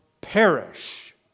perish